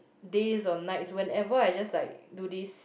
days or nights whenever I just like do this